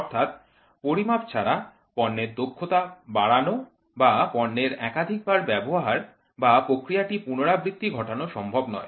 অর্থাৎ পরিমাপ ছাড়া পণ্যের দক্ষতা বাড়ানো বা পণ্যের একাধিকবার ব্যবহার বা প্রক্রিয়াটি পুনরাবৃত্তি ঘটানো সম্ভব নয়